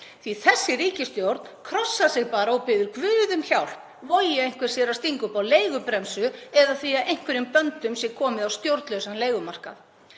að þessi ríkisstjórn krossar sig bara og biður guð um hjálp, vogi einhver sér að stinga upp á leigubremsu eða að einhverjum böndum sé komið á stjórnlausan leigumarkað.